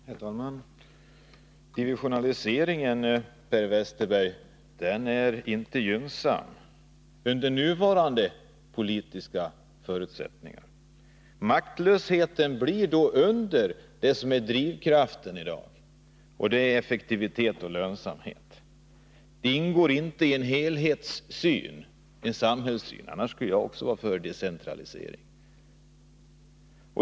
Herr talman! Divisionaliseringen är inte gynnsam, Per Westerberg, under nuvarande politiska förutsättningar. Maktlösheten blir påtaglig, när drivkraften i dag är effektivitet och lönsamhet. Det ingår inte i en helhetssyn eller samhällssyn — annars skulle jag också vara för decentralisering.